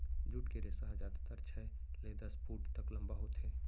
jute के रेसा ह जादातर छै ले दस फूट तक लंबा होथे